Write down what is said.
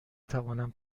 توانم